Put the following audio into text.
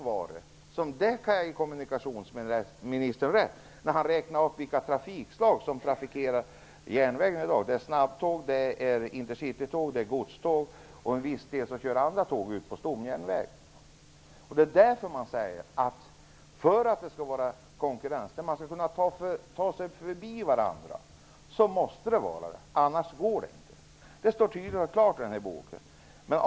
Jag kan ge kommunikationsministern rätt när han räknar upp vilka trafikslag som trafikerar järnvägen i dag. Det är snabbtåg, Intercity-tåg, godståg och vissa andra tåg på stomjärnväg. För att det skall kunna vara konkurrens, och man skall kunna ta sig förbi varandra, måste det vara fyrspåriga sträckor. Annars går det inte. Det står tydligt och klart i boken.